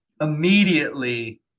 immediately